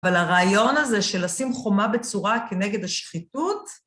אבל הרעיון הזה של לשים חומה בצורה כנגד השחיתות...